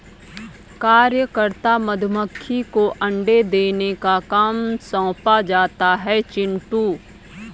कार्यकर्ता मधुमक्खी को अंडे देने का काम सौंपा जाता है चिंटू